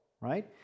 right